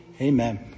Amen